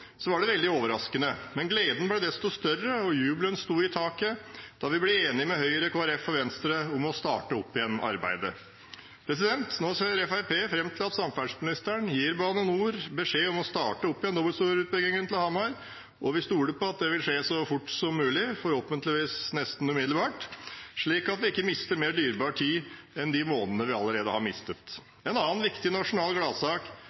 var det veldig overraskende. Men gleden ble desto større og jubelen sto i taket da vi ble enige med Høyre, Kristelig Folkeparti og Venstre om å starte opp igjen arbeidet. Nå ser Fremskrittspartiet fram til at samferdselsministeren gir BaneNOR beskjed om å starte opp igjen dobbeltsporutbyggingen til Hamar, og vi stoler på at det vil skje så fort som mulig – forhåpentligvis nesten umiddelbart – slik at vi ikke mister mer dyrebar tid enn de månedene vi allerede har mistet. En annen viktig nasjonal gladsak